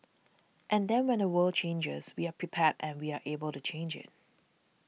and then when the world changes we are prepared and we are able to change it